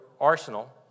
arsenal